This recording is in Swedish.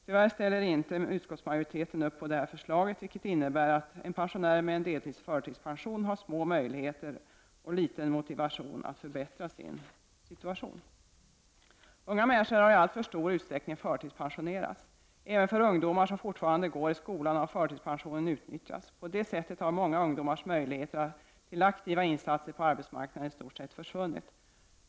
Tyvärr ställer inte utskottsmajoriteten upp på detta förslag, vilket innebär att en pensionär med en deltidsförtidspension har små möjligheter och liten motivation att förbättra sin situation. Unga människor har i alltför stor utsträckning förtidspensionerats. Även för ungdomar som fortfarande går i skolan har förtidspensionen utnyttjats. På det sättet har många ungdomars möjligheter till aktiva insatser på arbetsmarknaden i stort sett försvunnit.